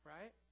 Right